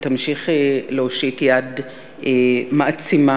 תמשיכי להושיט יד מעצימה,